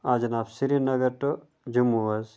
آ جِناب سریٖنگر ٹُو جموں حظ